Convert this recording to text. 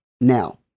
now